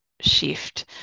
shift